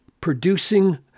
producing